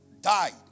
died